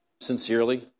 sincerely